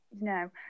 No